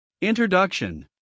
Introduction